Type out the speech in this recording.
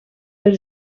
per